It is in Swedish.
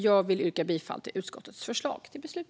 Jag vill yrka bifall till utskottets förslag till beslut.